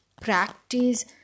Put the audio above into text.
practice